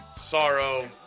Sorrow